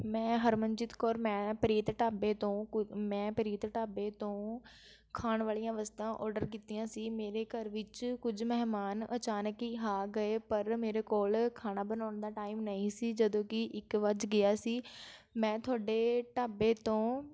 ਮੈਂ ਹਰਮਨਜੀਤ ਕੌਰ ਮੈਂ ਪ੍ਰੀਤ ਢਾਬੇ ਤੋਂ ਕੁ ਮੈਂ ਪ੍ਰੀਤ ਢਾਬੇ ਤੋਂ ਖਾਣ ਵਾਲੀਆਂ ਵਸਤਾਂ ਔਡਰ ਕੀਤੀਆਂ ਸੀ ਮੇਰੇ ਘਰ ਵਿੱਚ ਕੁਝ ਮਹਿਮਾਨ ਅਚਾਨਕ ਹੀ ਆ ਗਏ ਪਰ ਮੇਰੇ ਕੋਲ ਖਾਣਾ ਬਣਾਉਣ ਦਾ ਟਾਈਮ ਨਹੀਂ ਸੀ ਜਦੋਂ ਕਿ ਇੱਕ ਵੱਜ ਗਿਆ ਸੀ ਮੈਂ ਤੁਹਾਡੇ ਢਾਬੇ ਤੋਂ